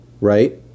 right